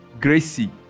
Gracie